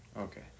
Okay